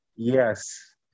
Yes